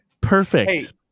Perfect